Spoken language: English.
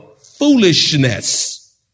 foolishness